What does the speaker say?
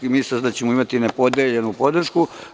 Mislim da ćemo imati nepodeljenu podršku.